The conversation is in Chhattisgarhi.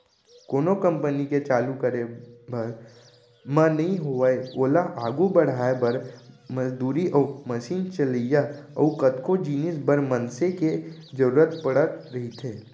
कोनो कंपनी के चालू करे भर म नइ होवय ओला आघू बड़हाय बर, मजदूरी अउ मसीन चलइया अउ कतको जिनिस बर मनसे के जरुरत पड़त रहिथे